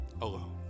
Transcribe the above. alone